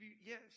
Yes